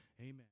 amen